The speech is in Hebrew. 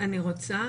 אני רוצה